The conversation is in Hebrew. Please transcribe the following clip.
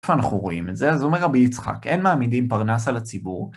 איפה אנחנו רואים את זה? אז אומר רבי יצחק: אין מעמידים פרנס על הציבור.